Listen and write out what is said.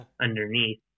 underneath